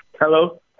Hello